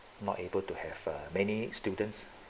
not able to have err many students